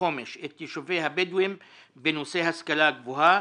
חומש את יישובי הבדואים בנושא השכלה גבוהה.